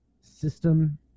system